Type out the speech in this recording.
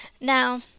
Now